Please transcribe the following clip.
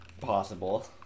Possible